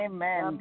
Amen